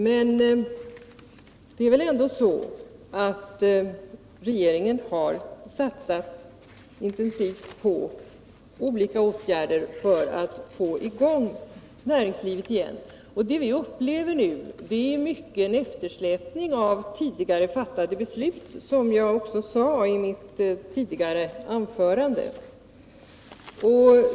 Men regeringen har ändå satsat intensivt på olika åtgärder för att få i gång näringslivet igen. Det vi upplever nu är i mycket en eftersläpning av åtgärder enligt tidigare fattade beslut, vilket jag också sade i mitt tidigare anförande.